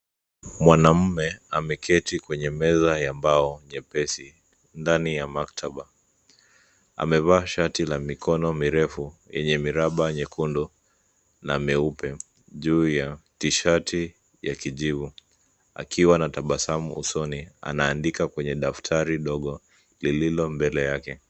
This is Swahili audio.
Mwamme, ameketi kwenye meza ya mbao, nyepesi, ndani ya maktaba. Amevaa shati la mikono mirefu, yenye miraba nyekundu, na meupe, juu ya, tishati ya kijivu, akiwa na tabasamu usoni, anaandika kwenye daftari ndogo, lililo mbele yake.